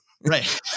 right